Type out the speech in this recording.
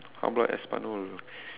how about Espanol